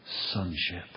sonship